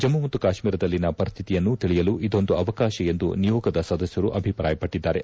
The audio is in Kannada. ಜಮ್ನು ಮತ್ತು ಕಾಶ್ಮೀರದಲ್ಲಿನ ಪರಿಸ್ವಿತಿಯನ್ನು ತಿಳಿಯಲು ಇದೊಂದು ಅವಕಾಶ ಎಂದು ನಿಯೋಗದ ಸದಸ್ಯರು ಅಭಿಪ್ರಾಯಪಟ್ಟಿದ್ದಾರೆ